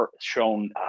shown